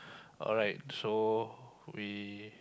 alright so we